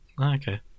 okay